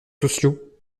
sociaux